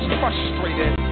frustrated